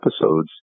episodes